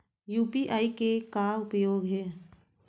UPI के का उपयोग हे?